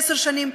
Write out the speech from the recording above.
עשר שנים,